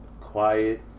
Quiet